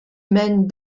humaines